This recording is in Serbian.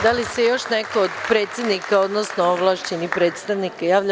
Da li se još neko od predsednika, odnosno ovlašćenih predstavnika javlja?